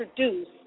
introduce